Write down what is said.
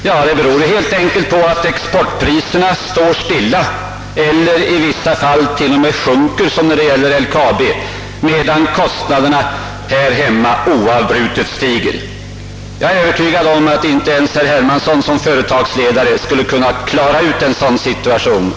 Jo, helt enkelt på att exportpriserna ligger stilla — eller i vissa fall t.o.m. sjunker, som när det gäller LKAB — medan kostnaderna här hemma oavbrutet stiger. Jag är övertygad om att inte ens herr Hermansson som företagsledare skulle klara en sådan situation.